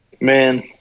Man